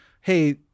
hey